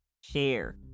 share